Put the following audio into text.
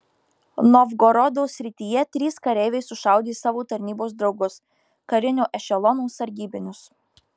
novgorodo srityje trys kareiviai sušaudė savo tarnybos draugus karinio ešelono sargybinius